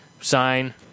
sign